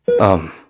Um